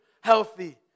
healthy